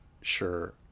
Sure